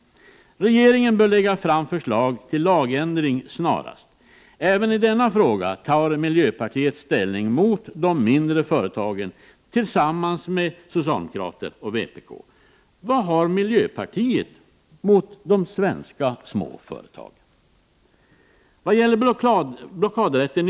Regeringen bör lägga fram förslag til lagändring snarast. Även i denna fråga tar miljöpartiet ställning mot de mindre företagen tillsammans med socialdemokraterna och vpk. Vad har miljöpartiet mot de svenska små företagen?